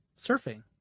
surfing